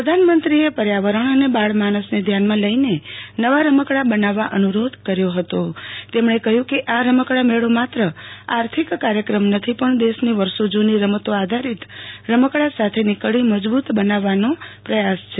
પ્રધાનમંત્રીએ પર્યાવરણ અનેબાળમાનસને ધ્યાનમાં લઇને નવા રમકડા બનાવવા અનુ રોધ કર્યો હતો તેમણે કહ્યું કે આરમકડા મેળો માત્ર આર્થિક કાર્યક્રમ નથી પણ દેશની વર્ષો જુની રમતો આધારીત રમકડાસાથેની કડી મજબુ ત બનાવવાનો પ્રયાસ છે